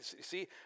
see